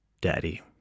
Daddy